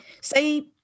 say